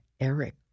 Eric